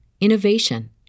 innovation